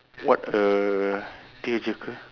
what a theatrical